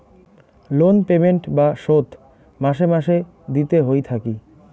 loan payment বা শোধ মাসে মাসে দিতে হই থাকি